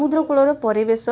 କେତୋଟି ଅଧ୍ୟାୟ